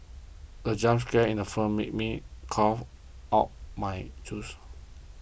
the jump scare in the film made me cough out my juice